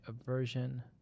aversion